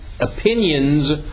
opinions